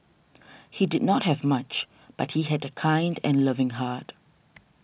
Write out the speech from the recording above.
he did not have much but he had a kind and loving heart